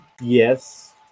yes